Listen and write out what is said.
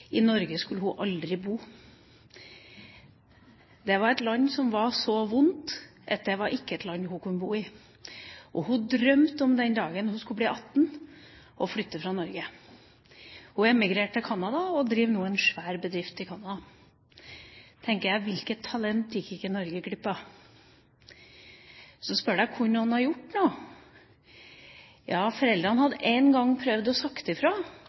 i Norge. Det var et land som var så vondt at hun ikke kunne bo der. Og hun drømte om den dagen hun ble 18 og kunne flytte fra Norge. Hun emigrerte til Canada og driver nå en stor bedrift der. Da tenker jeg: Hvilket talent gikk ikke Norge glipp av! Så spurte jeg: Kunne noen gjort noe? Jo, foreldrene hadde én gang prøvd å